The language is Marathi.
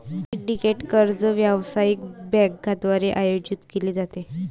सिंडिकेटेड कर्ज व्यावसायिक बँकांद्वारे आयोजित केले जाते